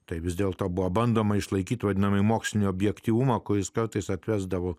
tai vis dėlto buvo bandoma išlaikyti vadinamai mokslinio objektyvumo kuris kartais atvesdavo